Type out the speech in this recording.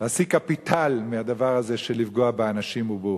להשיג קפיטל מהדבר הזה של לפגוע באנשים ובאוכלוסיות,